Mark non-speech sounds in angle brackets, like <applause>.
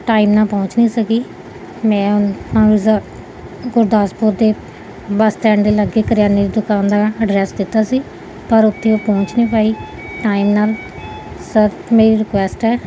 time ਨਾਲ ਪਹੁੰਚ ਨਹੀਂ ਸਕੀ ਮੈਂ <unintelligible> ਗੁਰਦਾਸਪੁਰ ਦੇ ਬੱਸ ਸਟੈਂਡ ਦੇ ਲਾਗੇ ਕਰਿਆਨੇ ਦੀ ਦੁਕਾਨ ਦਾ ਐਡਰੈਸ ਦਿੱਤਾ ਸੀ ਪਰ ਉੱਥੇ ਉਹ ਪਹੁੰਚ ਨਹੀਂ ਪਾਈ ਟਾਈਮ ਨਾਲ ਸਰ ਮੇਰੀ ਰਿਕੁਐਸਟ ਹੈ